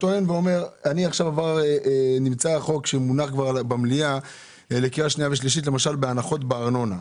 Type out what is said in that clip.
נמצא חוק שכבר מונח במליאה לקריאה שנייה ושלישית לגבי הנחות בארנונה.